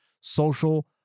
social